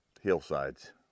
hillsides